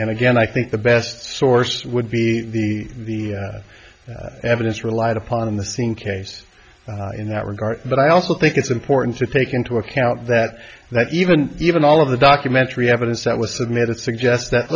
and again i think the best source would be the evidence relied upon the scene case in that regard but i also think it's important to take into account that that even even all of the documentary evidence that was submitted suggests that